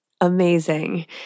amazing